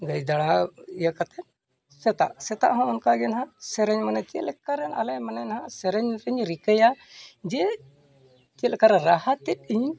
ᱜᱟᱹᱭ ᱫᱟᱬᱟ ᱤᱭᱟᱹ ᱠᱟᱛᱮᱫ ᱥᱮᱛᱟᱜ ᱥᱮᱛᱟᱜ ᱜᱮ ᱚᱱᱠᱟ ᱜᱮ ᱱᱟᱦᱟᱜ ᱥᱮᱨᱮᱧ ᱢᱟᱱᱮ ᱪᱮᱫ ᱞᱮᱠᱟ ᱨᱮ ᱟᱞᱮ ᱢᱟᱱᱮ ᱱᱟᱦᱟᱜ ᱥᱮᱨᱮᱧ ᱨᱮᱧ ᱨᱤᱠᱟᱹᱭᱟ ᱡᱮ ᱪᱮᱫ ᱞᱮᱠᱟ ᱨᱮ ᱨᱟᱦᱟ ᱛᱮᱫ ᱤᱧ